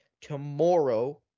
tomorrow